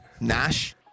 Nash